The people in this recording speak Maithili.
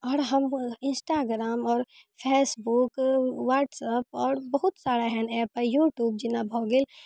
आओर हम इंस्टाग्राम आओर फैसबुक व्हाट्सऐप आओर बहुत सारा एहन ऐप अइ यूट्यूब जेना भऽ गेल